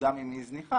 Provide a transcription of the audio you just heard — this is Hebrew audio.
גם אם היא זניחה,